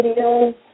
videos